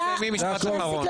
אורית, משפט אחרון.